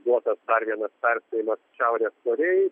duotas dar vienas perspėjiams šiaurės korėjai